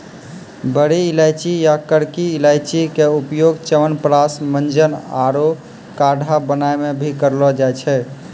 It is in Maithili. बड़ी इलायची या करकी इलायची के उपयोग च्यवनप्राश, मंजन आरो काढ़ा बनाय मॅ भी करलो जाय छै